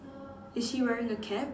is he wearing a cap